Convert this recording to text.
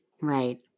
Right